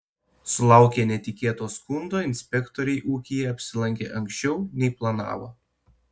sulaukę netikėto skundo inspektoriai ūkyje apsilankė anksčiau nei planavo